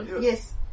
Yes